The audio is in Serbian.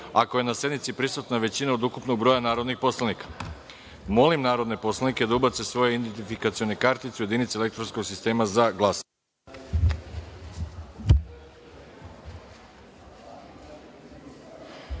ako je na sednici prisutna većina od ukupnog broja narodnih poslanika. Molim narodne poslanike da ubace svoje identifikacione kartice u jedinice elektronskog sistema za